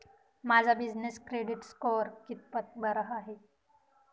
माझा business credit score कितपत बरा आहे?